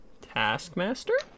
Taskmaster